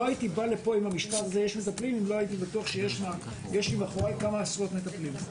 לא הייתי בא לפה אם לא הייתי בטוח שיש לי מאחוריי כמה עשרות מטפלים.